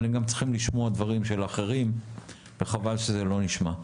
אבל הם גם צריכים לשמוע דברים של אחרים וחבל שזה לא נשמע.